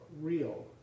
real